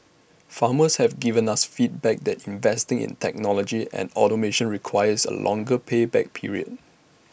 farmers have given us feedback that investing in technology and automation requires A longer pay back period